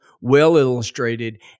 well-illustrated